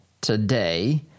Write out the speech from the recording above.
today